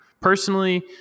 personally